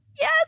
Yes